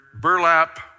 burlap